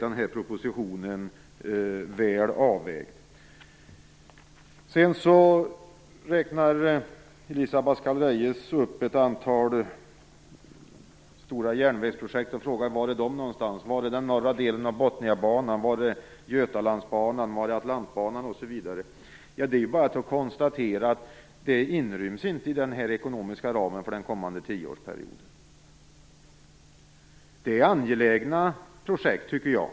Elisa Abascal Reyes räknar upp ett antal stora järnvägsprojekt och undrar var de är någonstans. Hon frågar: Var är den norra delen av Botniabanan? Var är Det är bara att konstatera att det inte ryms i den ekonomiska ramen för den kommande tioårsperioden. Det är angelägna projekt, tycker jag.